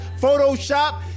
Photoshop